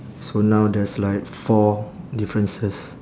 so now there's like four differences